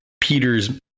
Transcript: peter's